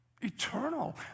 eternal